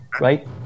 right